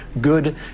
good